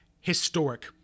historic